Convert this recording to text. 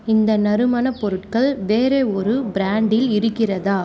இந்த நறுமணப் பொருட்கள் வேறு ஒரு பிராண்டில் இருக்கிறதா